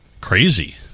crazy